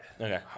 Okay